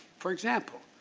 for example,